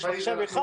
יש מחשב אחד.